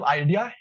idea